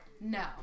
No